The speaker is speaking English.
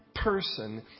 person